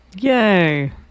Yay